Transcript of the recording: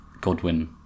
Godwin